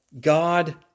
God